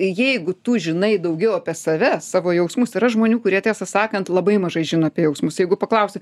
jeigu tu žinai daugiau apie save savo jausmus yra žmonių kurie tiesą sakant labai mažai žino apie jausmus jeigu paklausi